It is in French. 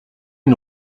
une